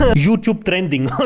ah youtube trending ok?